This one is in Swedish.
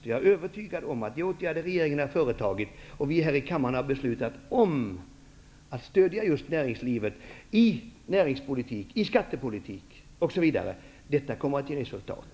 Jag är övertygad om att de åtgärder som regeringen har vidtagit och de beslut som vi har fattat i kammaren om att stödja näringslivet, dvs. näringspolitiken och skattepolitiken osv., kommer att ge resultat.